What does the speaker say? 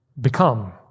become